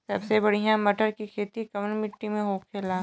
सबसे बढ़ियां मटर की खेती कवन मिट्टी में होखेला?